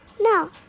No